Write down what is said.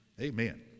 Amen